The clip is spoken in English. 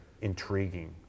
intriguing